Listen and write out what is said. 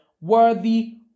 worthy